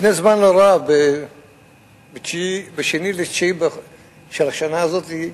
לפני זמן לא רב, ב-2 בספטמבר של השנה הזאת,